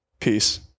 Peace